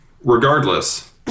regardless